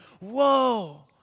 whoa